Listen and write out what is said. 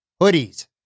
hoodies